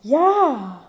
ya